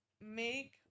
make